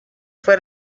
fue